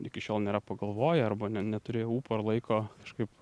iki šiol nėra pagalvoję arba ne neturėjo ūpo ir laiko kažkaip